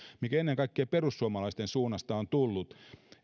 mikä ennen kaikkea perussuomalaisten suunnasta on tullut